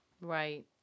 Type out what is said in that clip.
Right